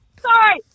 sorry